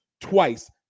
twice